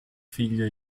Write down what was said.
figlio